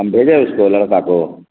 ہم بھیجے اس کو لڑکا کو